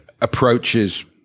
approaches